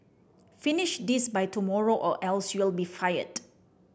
finish this by tomorrow or else you'll be fired